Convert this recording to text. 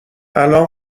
الان